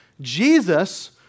Jesus